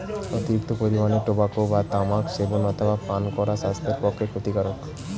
অতিরিক্ত পরিমাণে টোবাকো বা তামাক সেবন অথবা পান করা স্বাস্থ্যের পক্ষে ক্ষতিকারক